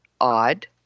odd